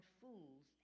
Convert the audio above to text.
fools